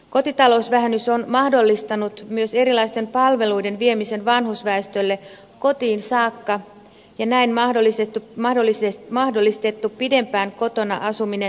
kotitalousvähennys on mahdollistanut myös erilaisten palveluiden viemisen vanhusväestölle kotiin saakka ja näin on mahdollistettu pidempään kotona asuminen laitoshoidon sijaan